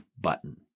button